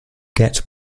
get